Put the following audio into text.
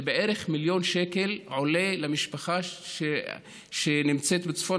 זה בערך מיליון שקל עולה למשפחה שנמצאת בצפון